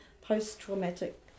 post-traumatic